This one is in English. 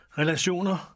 relationer